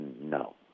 No